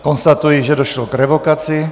Konstatuji, že došlo k revokaci.